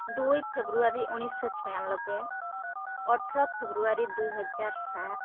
ଦୁଇ ଫେବ୍ରୁୟାରୀ ଉଣେଇଶହ ଛୟାନବେ ଅଠର ଫେବ୍ରୁୟାରୀ ଦୁଇ ହଜାର ସାତ